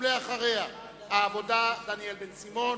ואחריה, העבודה, חבר הכנסת דניאל בן-סימון.